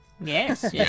Yes